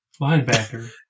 Linebacker